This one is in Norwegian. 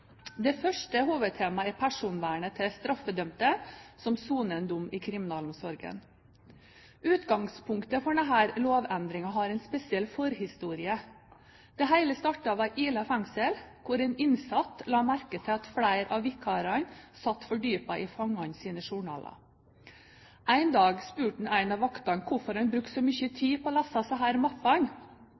Det første hovedtemaet er personvernet til straffedømte som soner en dom i kriminalomsorgen. Utgangspunktet for denne lovendringen har en spesiell forhistorie. Det hele startet ved Ila fengsel, hvor en innsatt la merke til at flere av vikarene satt fordypet i fangenes journaler. En dag spurte han en av vaktene hvorfor han brukte så mye tid på å lese disse mappene.